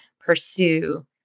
pursue